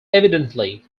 evidently